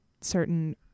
certain